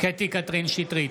קטי קטרין שטרית,